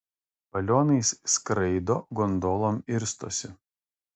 balionais skraido gondolom irstosi